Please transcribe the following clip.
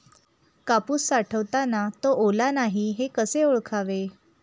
कापूस साठवताना तो ओला नाही हे कसे ओळखावे?